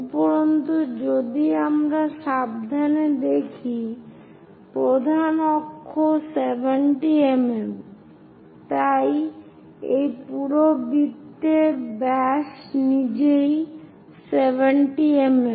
উপরন্তু যদি আমরা সাবধানে দেখি প্রধান অক্ষ 70 mm তাই এই পুরো বৃত্তের ব্যাস নিজেই 70 mm